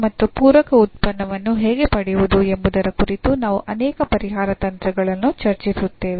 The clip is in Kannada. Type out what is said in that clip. ಮತ್ತು ಪೂರಕ ಉತ್ಪನ್ನವನ್ನು ಹೇಗೆ ಪಡೆಯುವುದು ಎಂಬುದರ ಕುರಿತು ನಾವು ಅನೇಕ ಪರಿಹಾರ ತಂತ್ರಗಳನ್ನು ಚರ್ಚಿಸುತ್ತೇವೆ